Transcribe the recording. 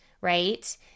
right